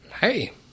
Hey